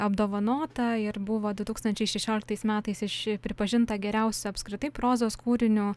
apdovanota ir buvo du tūkstančiai šešioliktais metais iš pripažinta geriausia apskritai prozos kūriniu